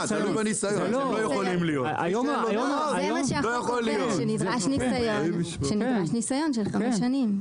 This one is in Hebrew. זה מה שהחוק אומר שנדרש ניסיון של חמש שנים.